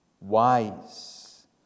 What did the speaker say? wise